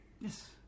yes